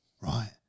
right